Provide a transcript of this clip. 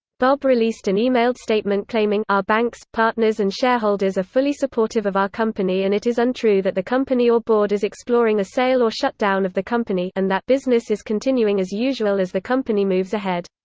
bob released an emailed statement claiming our banks, partners and shareholders are fully supportive of our company and it is untrue that the company or board is exploring a sale or shutdown of the company and that business is continuing as usual as the company moves ahead.